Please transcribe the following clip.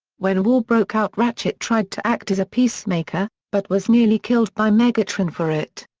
when war broke out ratchet tried to act as a peacemaker, but was nearly killed by megatron for it.